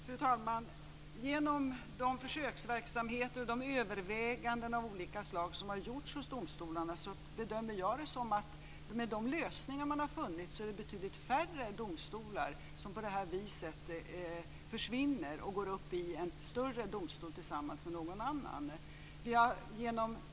Fru talman! Man har gjort försöksverksamheter och överväganden av olika slag hos domstolarna. Med de lösningar som man har funnit bedömer jag det som att det är betydligt färre domstolar som på det här viset försvinner och går upp i en större domstol tillsammans med någon annan.